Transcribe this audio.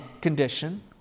condition